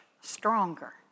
stronger